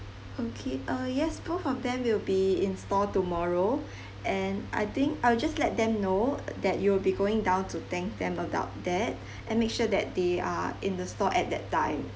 okay uh yes both of them will be in store tomorrow and I think I will just let them know that you will be going down to thank them about that and make sure that they are in the store at that time